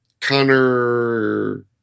Connor